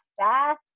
fast